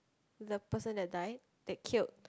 the person that died that killed